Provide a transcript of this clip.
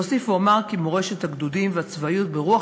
אוסיף ואומר כי מורשת הגדודים והצבאיות ברוח